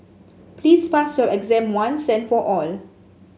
please pass your exam once and for all